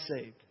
saved